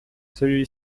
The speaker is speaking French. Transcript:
celui